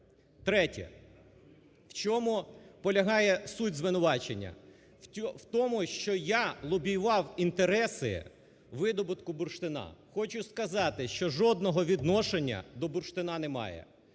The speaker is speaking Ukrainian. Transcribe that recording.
Третє. В чому полягає суть звинувачення? В тому, що я лобіював інтереси видобутку бурштину. Хочу сказати, що жодного відношення до бурштину не маю,